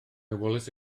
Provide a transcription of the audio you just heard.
wallace